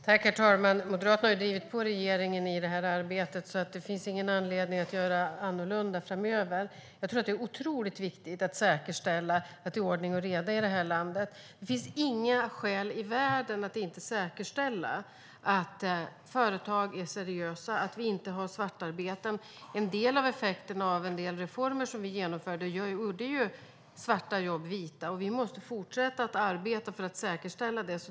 Herr talman! Moderaterna har ju drivit på regeringen i detta arbete, och det finns ingen anledning att göra annorlunda framöver. Det är otroligt viktigt att säkerställa att det är ordning och reda i detta land. Det finns inga skäl i världen att inte säkerställa att företag är seriösa och att vi inte har svartarbete. En del av effekten av en del reformer som vi genomförde gjorde ju svarta jobb vita, och vi måste fortsätta arbeta för att säkerställa det.